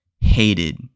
hated